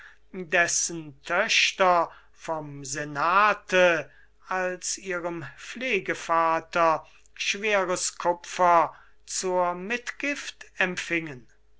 dessen töchter vom senate als ihrem pflegevater schweres kupfer zur mitgift empfingen